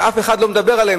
שאף אחד לא מדבר עליהם.